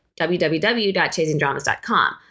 www.chasingdramas.com